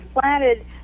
planted